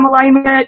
alignment